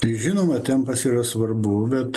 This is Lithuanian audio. tai žinoma tempas yra svarbu bet